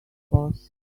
boss